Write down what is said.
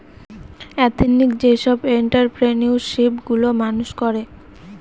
ethnic যেসব entrepreneurship গুলো মানুষ করে